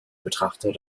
betrachter